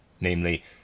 namely